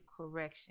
correction